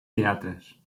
teatres